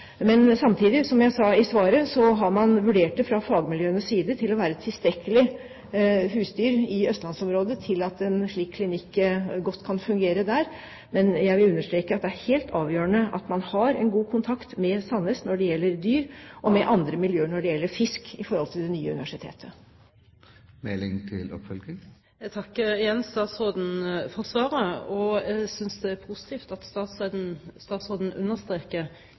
til at en slik klinikk godt kan fungere der. Men jeg vil understreke at det er helt avgjørende at man har en god kontakt med Sandnes når det gjelder dyr, og med andre miljøer når det gjelder fisk, i forhold til det nye universitetet. Jeg takker igjen statsråden for svaret. Jeg synes det er positivt at statsråden understreker